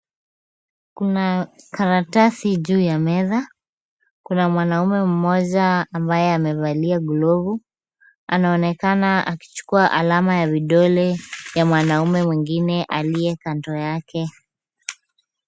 Kuna karatasi juu ya meza. Kuna mwanamume mmoja ambaye amevalia glovu. Anaonekana akichukua alama ya vidole vya mwanamume mwingine aliye kando yake.